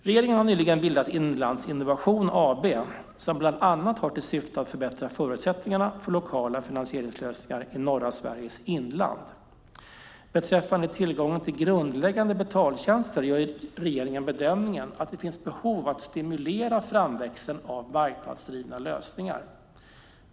Regeringen har nyligen bildat Inlandsinnovation AB, som bland annat har till syfte att förbättra förutsättningarna för lokala finansieringslösningar i norra Sveriges inland. Beträffande tillgången till grundläggande betaltjänster gör regeringen bedömningen att det finns behov av att stimulera framväxten av marknadsdrivna lösningar.